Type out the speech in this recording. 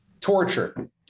torture